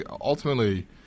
ultimately